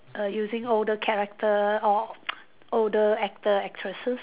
err using older character or older actor actresses